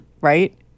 Right